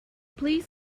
please